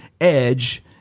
edge